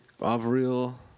Avril